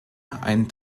ein